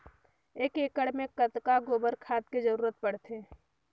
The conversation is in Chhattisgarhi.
एक एकड़ मे कतका गोबर खाद के जरूरत पड़थे?